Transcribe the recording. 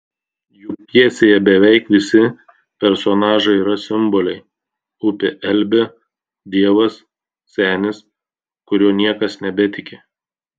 juk pjesėje beveik visi personažai yra simboliai upė elbė dievas senis kuriuo niekas nebetiki